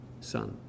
son